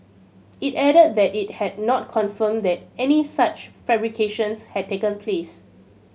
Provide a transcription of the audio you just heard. it added that it had not confirmed that any such fabrications had taken place